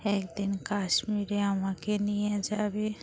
একদিন কাশ্মীরে আমাকে নিয়ে যাবি